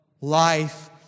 life